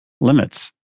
limits